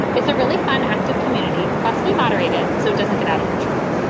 it's a really fun, active community. plus, we moderate it so it doesn't get out of control.